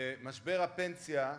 משבר הפנסיה,